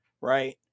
right